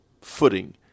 footing